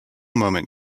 moment